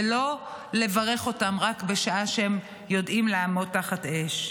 ולא לברך אותם רק בשעה שהם יודעים לעמוד תחת אש.